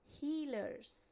healers